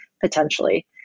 potentially